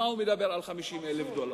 מה הוא מדבר על 50,000 דולר.